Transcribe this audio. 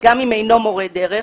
גם אם אינו מורה דרך,